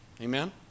Amen